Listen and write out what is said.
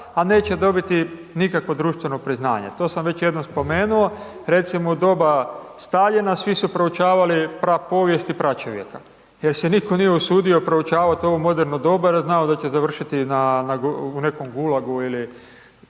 a neće dobiti nikakvo društveno priznanje. To sam već jednom spomenuo, recimo u doba Staljina svi su proučavali prapovijest i pračovjeka jer se nitko nije usudio proučavat ovo moderno doba jer je znao da će završiti u nekom gulagu ili